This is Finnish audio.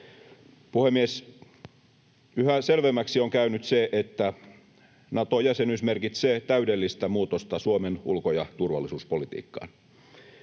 Puhemies! Yhä selvemmäksi on käynyt se, että Nato-jäsenyys merkitsee täydellistä muutosta Suomen ulko- ja turvallisuuspolitiikkaan.